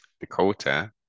Dakota